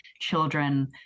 children